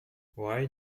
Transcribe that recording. why